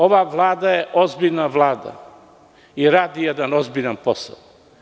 Ova vlada je ozbiljna Vlada i radi jedan ozbiljan posao.